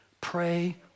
pray